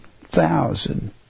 thousand